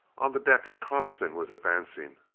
on the deck, coniston was advancing,